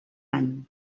any